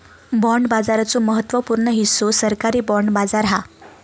bond बाजाराचो महत्त्व पूर्ण हिस्सो सरकारी बाँड बाजार हा